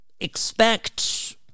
Expect